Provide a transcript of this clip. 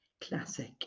classic